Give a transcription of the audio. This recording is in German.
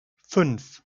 fünf